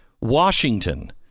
Washington